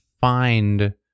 find